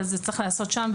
אבל זה צריך להיעשות שם,